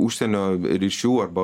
užsienio ryšių arba